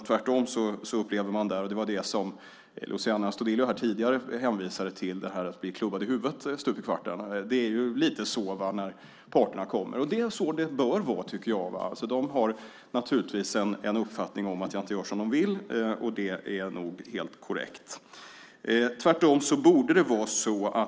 Tvärtom upplever man där, och det var det Luciano Astudillo tidigare hänvisade till, att man blir klubbad i huvudet stup i kvarten. Det är lite så när parterna kommer till mig, och det är så det bör vara. De har naturligtvis uppfattningen att jag inte gör som de vill, och det är nog helt korrekt.